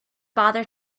bother